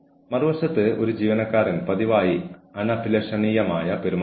ഇത് ഒരു പ്രശ്നമാണെങ്കിൽ പ്രതീക്ഷിക്കാത്തതെന്തും ചെയ്യുന്ന എല്ലാവരേയും അതേ രീതിയിൽ തന്നെ പരിഗണിക്കണം